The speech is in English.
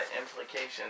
implications